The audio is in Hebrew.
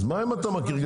אז מה אם אתה מכיר?